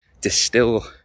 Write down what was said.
distill